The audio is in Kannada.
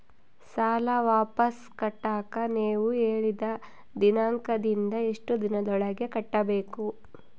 ಸಾಲ ವಾಪಸ್ ಕಟ್ಟಕ ನೇವು ಹೇಳಿದ ದಿನಾಂಕದಿಂದ ಎಷ್ಟು ದಿನದೊಳಗ ಕಟ್ಟಬೇಕು?